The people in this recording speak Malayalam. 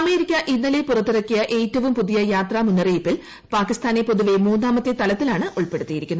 അമേരിക്ക ഇന്നലെ പുറത്തിറക്കിയ ഏറ്റവും പുതിയ യാത്രാ മുന്നറിയിപ്പിൽ പാകിസ്ഥാനെ പൊതുവെ മൂന്നാമത്തെ തലത്തിലാണ് ഉൾപ്പെടുത്തിയിരിക്കുന്നത്